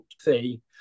fee